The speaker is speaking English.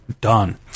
done